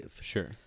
sure